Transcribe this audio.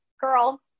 girl